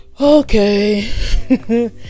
okay